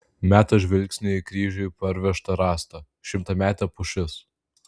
meta žvilgsnį į kryžiui parvežtą rąstą šimtametė pušis